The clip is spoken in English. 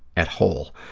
at whole.